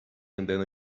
andando